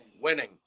Winning